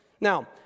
Now